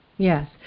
Yes